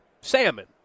salmon